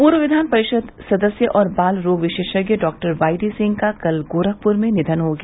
पूर्व विधान परिषद सदस्य और बाल रोग विशेषज्ञ डॉक्टर वाईडीसिंह का कल गोरखपुर में निधन हो गया